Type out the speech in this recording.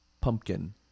Pumpkin